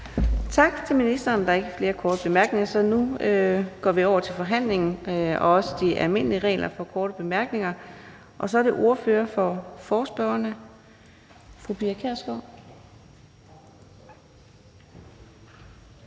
Tak til ministeren. Der er ikke flere korte bemærkninger, så nu går vi over til forhandlingen og også til de almindelige regler for korte bemærkninger. Så er det ordføreren for forespørgerne, fru Pia Kjærsgaard. Kl.